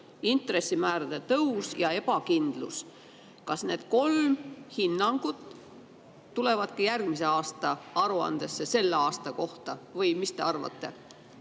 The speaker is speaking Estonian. intressimäärade tõus ja ebakindlus. Kas need kolm hinnangut tulevad ka järgmise aasta aruandesse selle aasta kohta? Mida te arvate?